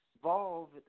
involved